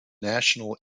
national